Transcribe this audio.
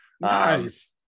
Nice